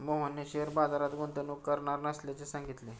मोहनने शेअर बाजारात गुंतवणूक करणार नसल्याचे सांगितले